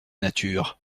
nature